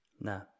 no